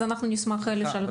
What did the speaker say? אז אנחנו נשמח לשאול אותה.